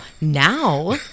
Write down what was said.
Now